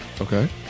Okay